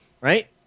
Right